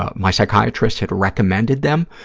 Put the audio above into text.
ah my psychiatrist had recommended them.